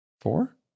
Four